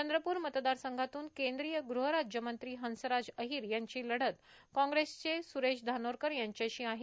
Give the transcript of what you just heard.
चंद्रप्र मतदारसंघातून केंद्रीय गहराज्यमंत्री हंसराज अहिर यांची लढत कांग्रेसचे स्रेश धानोरकर यांच्याशी आहे